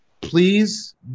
please